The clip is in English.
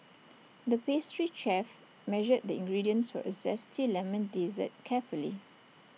the pastry chef measured the ingredients for A Zesty Lemon Dessert carefully